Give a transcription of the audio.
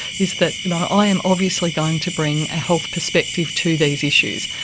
is that you know i am obviously going to bring a health perspective to these issues.